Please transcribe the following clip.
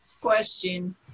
Question